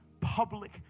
public